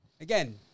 again